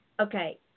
okay